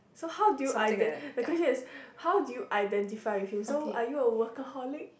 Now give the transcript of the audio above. so how do you iden~ the question is how do you identify with him so are you a workaholic